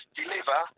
deliver